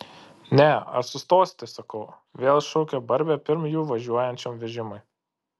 ne ar sustosite sakau vėl šaukia barbė pirm jų važiuojančiam vežimui